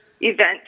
event